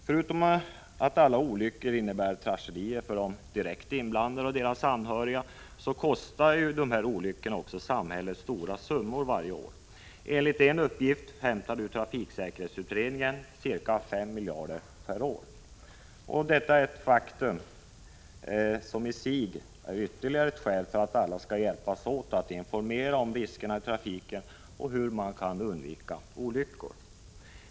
Förutom att alla olyckor innebär tragedier för de direkt inblandade och deras anhöriga, kostar dessa olyckor också samhället stora summor varje år — enligt en uppgift, hämtad ur trafiksäkerhetsutredningen, ca 5 miljarder per år. Det är ett faktum som i sig är ett ytterligare skäl för att alla skall hjälpas åt med att informera om riskerna i trafiken och hur man kan undvika olyckor.